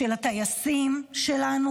של הטייסים שלנו,